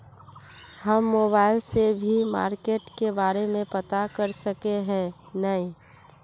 हम मोबाईल से भी मार्केट के बारे में पता कर सके है नय?